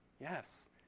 Yes